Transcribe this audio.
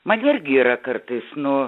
man irgi yra kartais nu